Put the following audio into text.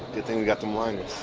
good thing we got them liners